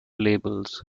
labels